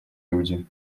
люди